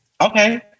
Okay